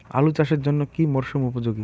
আলু চাষের জন্য কি মরসুম উপযোগী?